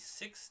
six